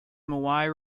maui